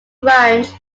branch